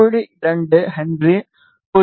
2 H 0